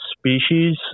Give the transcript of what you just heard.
species